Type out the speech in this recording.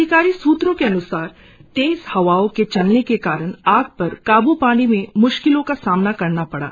अधिकारिक सूत्रों के अन्सार तेज हवाओं के चलने के कारण आग पर काबू पाने में म्श्किलों का सामना करना पड़ा